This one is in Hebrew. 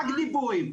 רק דיבורים,